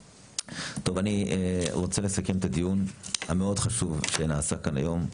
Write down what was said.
טוב אני רוצה לסכם את הדיון המאוד חשוב שנעשה כאן היום.